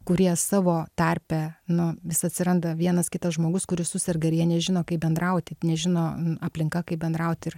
kurie savo tarpe nu vis atsiranda vienas kitas žmogus kuris suserga ir jie nežino kaip bendrauti nežino aplinka kaip bendraut ir